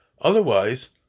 Otherwise